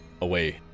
away